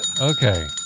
Okay